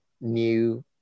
new